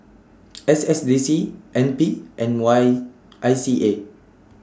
S S D C N P and Y I C A